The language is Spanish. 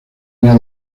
línea